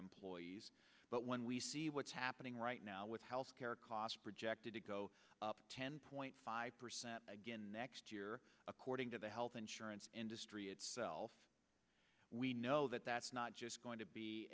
employees but when we see what's happening right now with health care costs projected to go up ten point five percent again next year according to the health insurance industry itself we know that that's not just going to be